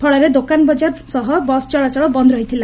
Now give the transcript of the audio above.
ଫଳରେ ଦୋକାନ ବକାର ସହ ବସ୍ ଚଳାଚଳ ବନ୍ ରହିଥିଲା